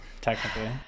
Technically